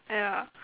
yeah